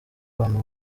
abantu